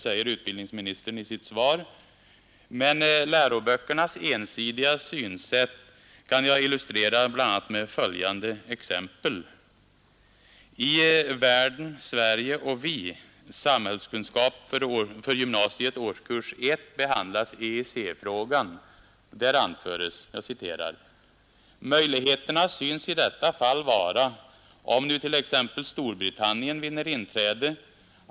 säger utbildningsministern i sitt svar, men läroböckernas ensidiga synsätt vill jag illustrera med följande exempel. I ”Världen, Sverige och vi”, samhällskunskap för gymnasiets årskurs 1, behandlas EEC-frågan. Där anföres: ”Möjligheterna syns i detta fall vara, om nu t.ex. Storbritannien vinner inträde.